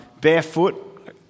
barefoot